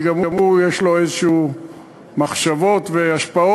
כי גם הוא יש לו מחשבות והשפעות.